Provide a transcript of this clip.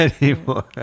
anymore